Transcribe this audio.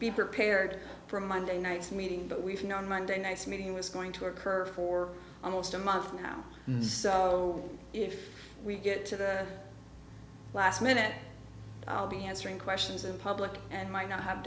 be prepared for monday night's meeting but we've been on monday night's meeting was going to occur for almost a month so if we get to the last minute i'll be answering questions in public and might not have